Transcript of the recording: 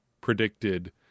predicted